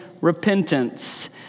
repentance